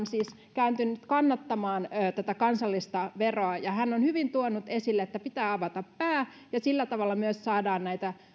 siis kääntynyt kannattamaan tätä kansallista veroa hän on hyvin tuonut esille että pitää avata pää ja sillä tavalla myös saadaan